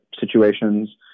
situations